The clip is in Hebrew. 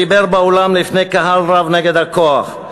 דיבר באולם לפני קהל רב נגד הכוח,